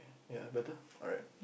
ya better alright